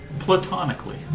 platonically